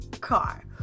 car